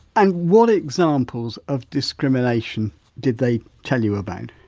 and what examples of discrimination did they tell you about?